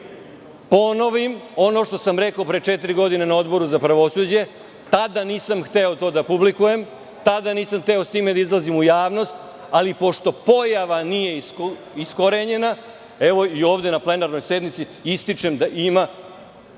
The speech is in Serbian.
ponovim ono što sam rekao pre četiri godine na Odboru za pravosuđe, tada nisam hteo to da publikujem, tada nisam hteo sa time da izlazim u javnost, ali pošto pojava nije iskorenjena, evo i ovde na plenarnoj sednici ističem da ima